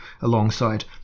alongside